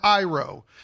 iro